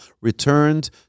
returned